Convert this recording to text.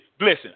Listen